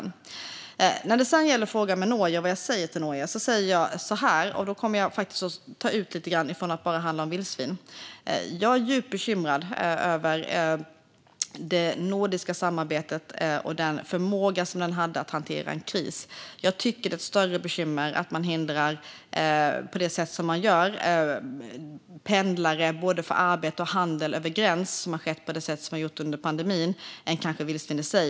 När det sedan gäller frågan om Norge och vad jag säger till Norge säger jag så här, och nu utökar jag det lite grann från att bara handla om vildsvin: Jag är djupt bekymrad över det nordiska samarbetet och dess förmåga att hantera en kris. Jag tycker att det är ett större bekymmer att man hindrar pendling både för arbete och handel över gräns så som har skett under pandemin än vad kanske vildsvinen i sig är.